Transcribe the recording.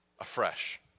afresh